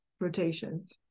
rotations